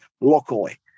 locally